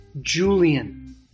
Julian